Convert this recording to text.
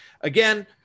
Again